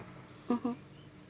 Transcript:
(uh huh)